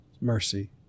mercy